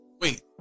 wait